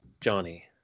Johnny